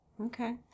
Okay